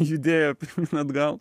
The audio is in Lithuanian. judėjo pirmyn atgal